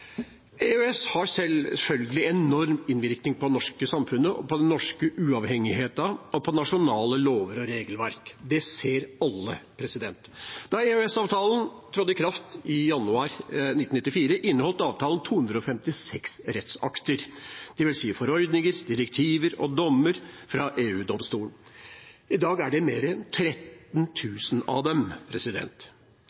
EØS har selvfølgelig enorm innvirkning på det norske samfunnet, på den norske uavhengigheten og på nasjonale lover og regelverk. Det ser alle. Da EØS-avtalen trådte i kraft i januar 1994, inneholdt avtalen 256 rettsakter, dvs. forordninger, direktiver og dommer fra EU-domstolen. I dag er det mer enn 13